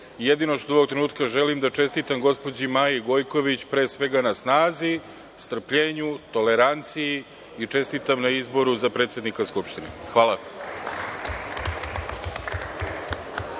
Jedino što ovog trenutka želim da čestitam gospođi Maji Gojković pre svega na snazi, strpljenju, toleranciji i čestitam na izboru za predsednika Skupštine. Hvala.